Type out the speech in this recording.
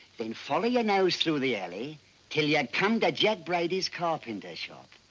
then follow your nose through the alley till you come to jed brady's carpenter shop.